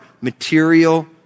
material